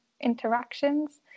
interactions